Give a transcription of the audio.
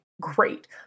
great